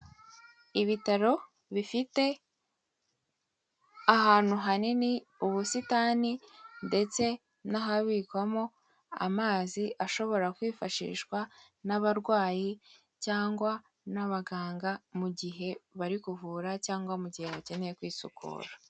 Ibitaro bifite aantu hanini ubusitani ndetse n'ahabikwamo amazi ashobora kwifashishwa n'abarwayi cyangwa n'abaganga mu gihe bari kuvura cyangwa mu gihe bakeneye kwisukura.